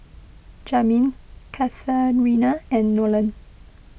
Jamin Katharina and Nolen